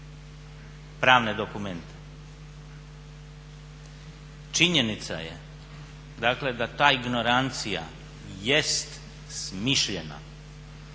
pravne dokumente. Činjenica je dakle da ta ignorancija jest smišljena.